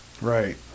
Right